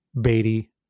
Beatty